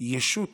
ישות